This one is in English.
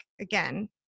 again